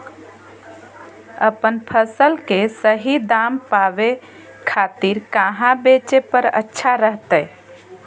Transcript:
अपन फसल के सही दाम पावे खातिर कहां बेचे पर अच्छा रहतय?